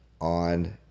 on